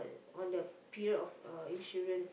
on the period of uh insurance